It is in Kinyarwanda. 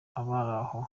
aho